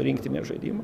rinktinės žaidimą